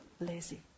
lazy